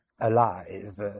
alive